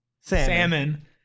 Salmon